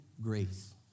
grace